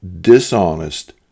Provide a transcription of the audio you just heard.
dishonest